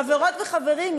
חברות וחברים,